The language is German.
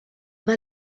war